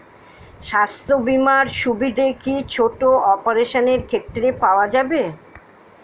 স্বাস্থ্য বীমার সুবিধে কি ছোট অপারেশনের ক্ষেত্রে পাওয়া যাবে?